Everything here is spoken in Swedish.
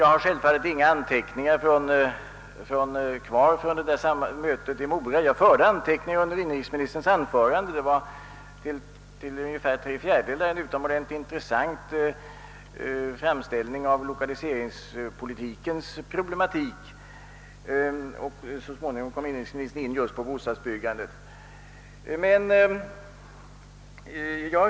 Jag har inga anteckningar kvar från mötet i Mora — jag förde anteckningar under inrikesministerns anförande. Det var till ungefär tre fjärdedelar en utomordentligt intressant framställning av lokaliseringspolitikens problematik. Så småningom kom inrikesministern in just på bostadsbyggandet.